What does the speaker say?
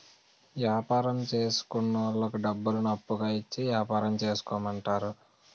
యాపారం చేసుకున్నోళ్లకు డబ్బులను అప్పుగా ఇచ్చి యాపారం చేసుకోమంటారు